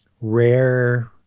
rare